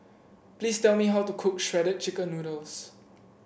please tell me how to cook Shredded Chicken Noodles